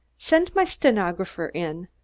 send my stenographer in.